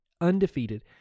undefeated